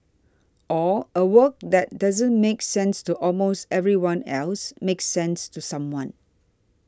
or a work that doesn't make sense to almost everyone else makes sense to someone